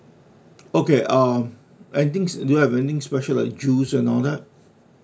okay uh anything do you have anything special like juice and all that